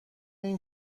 این